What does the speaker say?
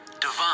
divine